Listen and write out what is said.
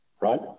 right